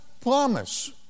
promise